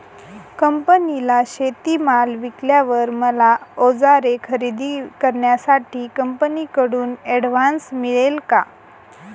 कंपनीला शेतीमाल विकल्यावर मला औजारे खरेदी करण्यासाठी कंपनीकडून ऍडव्हान्स मिळेल का?